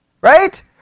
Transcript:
Right